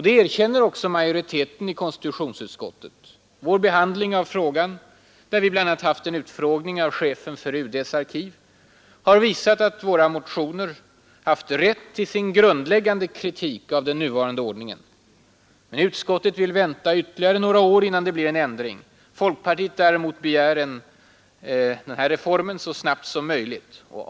Det erkänner också majoriteten i konstitutionsutskottet. Vår behand ling av frågan — där vi bl.a. haft en utfrågning av chefen för UD:s arkiv — har visat att våra motioner haft rätt i sin grundläggande kritik av den nuvarande ordningen. Men utskottet vill vänta ytterligare några år innan det blir en ändring. Folkpartiet däremot begär den här reformen så snabbt som möjligt.